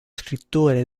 scrittore